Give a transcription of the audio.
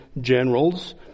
generals